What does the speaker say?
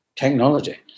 technology